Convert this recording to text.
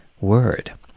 word